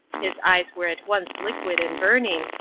his eyes were at once liquid and burning,